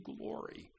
glory